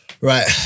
Right